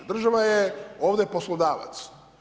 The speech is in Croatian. Država je ovdje poslodavac.